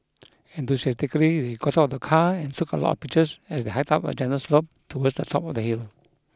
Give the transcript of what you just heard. enthusiastically they got out of the car and took a lot of pictures as they hiked up a gentle slope towards the top of the hill